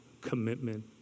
commitment